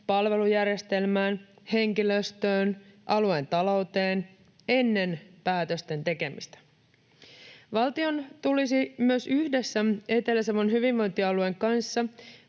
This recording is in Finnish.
palvelujärjestelmään, henkilöstöön ja alueen talouteen ennen päätösten tekemistä. Valtion tulisi myös yhdessä Etelä-Savon hyvinvointialueen kanssa